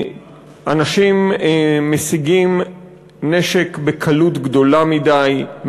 אנשים משיגים נשק בקלות גדולה מדי,